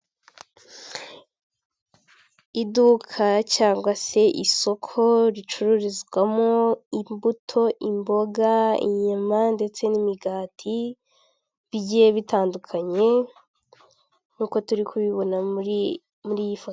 Ku mupira wa kizimyamoto wifashishwa mu gihe habaye inkongi y'umuriro, uba uri ahantu runaka hahurira abantu benshi nko mu masoko, mu mavuriro ndetse no mu ma sitade, uyu mupira wifashishwa ubusukira amazi bitewe n'ahantu inkongi y'umuriro iri.